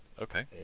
Okay